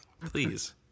Please